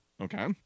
Okay